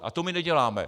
A to my neděláme.